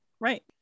Right